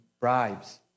bribes